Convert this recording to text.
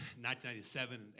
1997